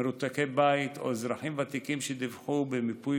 מרותקי בית או אזרחים ותיקים שדיווחו במיפוי